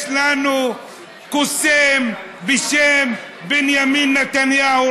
יש לנו קוסם בשם בנימין נתניהו,